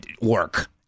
work